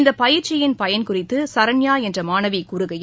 இந்த பயிற்சியின் பயன் குறித்து சரண்யா என்ற மாணவி கூறுகையில்